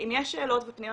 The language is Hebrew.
אם יש שאלות ופניות